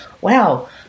wow